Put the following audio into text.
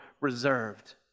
reserved